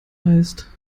heißt